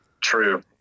True